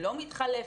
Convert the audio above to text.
לא מתחלפת,